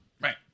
right